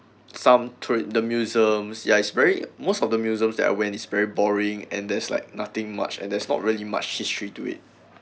some toward the museum's ya it's very most of the museums that we went is very boring and there's like nothing much and there's not really much history to it